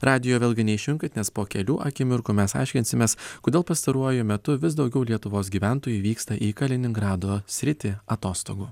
radijo vėlgi neišjunkit nes po kelių akimirkų mes aiškinsimės kodėl pastaruoju metu vis daugiau lietuvos gyventojų vyksta į kaliningrado sritį atostogų